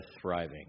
thriving